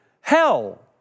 hell